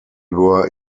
were